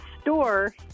store